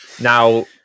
now